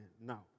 now